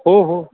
हो हो